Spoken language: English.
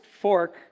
fork